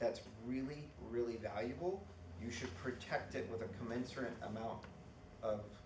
that's really really valuable you should protect it with the commensurate amount of